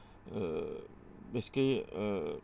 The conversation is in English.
uh basically uh